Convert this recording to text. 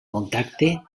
contacte